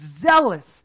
zealous